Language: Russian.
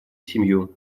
семью